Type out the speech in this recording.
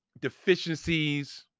deficiencies